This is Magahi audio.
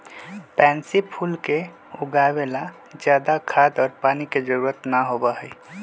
पैन्सी फूल के उगावे ला ज्यादा खाद और पानी के जरूरत ना होबा हई